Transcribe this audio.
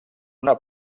una